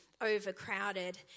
overcrowded